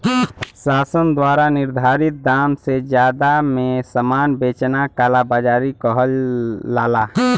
शासन द्वारा निर्धारित दाम से जादा में सामान बेचना कालाबाज़ारी कहलाला